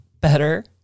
better